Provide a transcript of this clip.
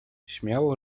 śmiało